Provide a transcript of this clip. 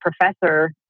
professor